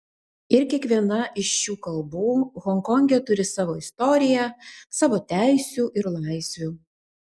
ir kiekviena iš šių kalbų honkonge turi savo istoriją savo teisių ir laisvių